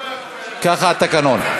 ככה התקנון.